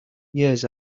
years